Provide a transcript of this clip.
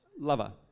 lover